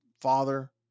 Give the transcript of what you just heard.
father